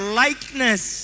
likeness